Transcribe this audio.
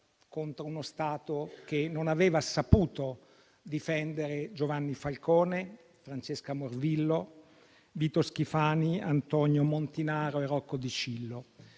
contro uno Stato che non aveva saputo difendere Giovanni Falcone, Francesca Morvillo, Vito Schifani, Antonio Montinaro e Rocco Dicillo.